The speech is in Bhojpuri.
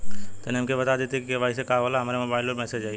तनि हमके इ बता दीं की के.वाइ.सी का होला हमरे मोबाइल पर मैसेज आई?